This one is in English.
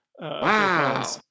Wow